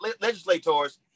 legislators